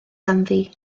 ganddi